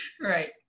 Right